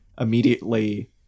immediately